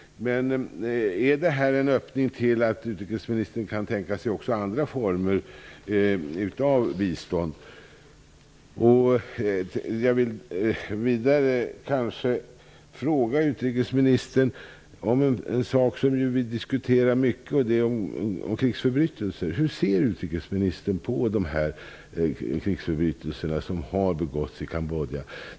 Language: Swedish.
Är det här en öppning, som innebär att utrikesministern kan tänka sig också andra former av bistånd? Jag vill vidare fråga utrikesministern om en sak som vi diskuterar mycket, och det är krigsförbrytelser. Hur ser utrikesministern på de krigsförbrytelser som har begåtts i Kambodja?